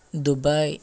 Dubai